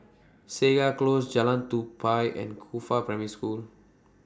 Segar Close Jalan Tupai and Qifa Primary School